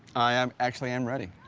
i am actually i'm ready